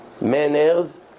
manners